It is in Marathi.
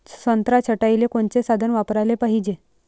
संत्रा छटाईले कोनचे साधन वापराले पाहिजे?